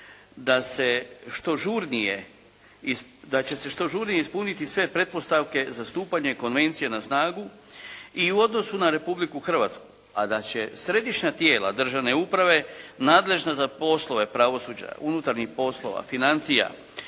da će se što žurnije ispuniti sve pretpostavke za stupanje konvencije na snagu i u odnosu na Republiku Hrvatsku, a da će središnja tijela državne uprave nadležna za poslove pravosuđa, unutarnjih poslova, financija